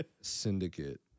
Syndicate